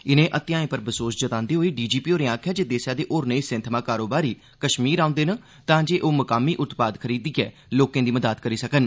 इनें हत्तेआएं पर बसोस जतांदे होई डीजीपी होरें आखेआ जे देसै दे होरनें हिस्सें थमां कारोबारी कष्मीर औंदे न तांजे ओह् मुकामी उत्पाद खरीदियै लोकें दी मदद करी सकन